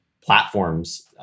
platforms